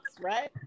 right